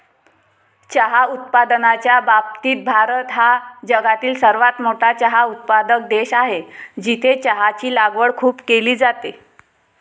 चहा उत्पादनाच्या बाबतीत भारत हा जगातील सर्वात मोठा चहा उत्पादक देश आहे, जिथे चहाची लागवड खूप केली जाते